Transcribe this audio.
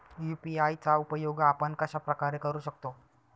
UPI चा उपयोग आपण कशाप्रकारे करु शकतो?